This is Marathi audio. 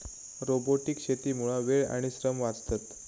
रोबोटिक शेतीमुळा वेळ आणि श्रम वाचतत